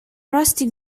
rusty